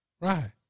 right